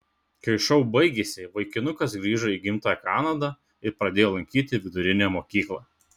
kai šou baigėsi vaikinukas grįžo į gimtąją kanadą ir pradėjo lankyti vidurinę mokyklą